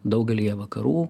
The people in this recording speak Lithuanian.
daugelyje vakarų